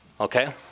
Okay